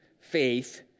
faith